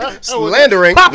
slandering